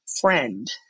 friend